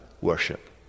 worship